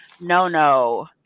no-no